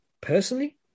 personally